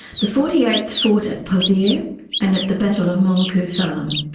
the forty eighth fought at pozieres and at the battle of mouquet farm.